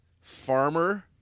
farmer